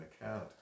account